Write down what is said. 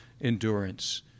endurance